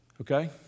Okay